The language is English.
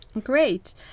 Great